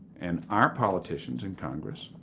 and our politicians in congress